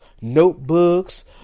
notebooks